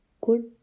good